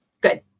good